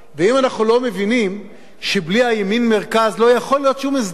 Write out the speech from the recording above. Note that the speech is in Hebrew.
ואם אנחנו לא מבינים שבלי הימין-מרכז לא יכול להיות שום הסדר.